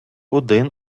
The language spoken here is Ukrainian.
один